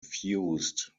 fused